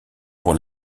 pour